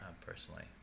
Personally